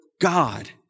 God